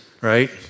right